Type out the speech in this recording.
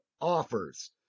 Offers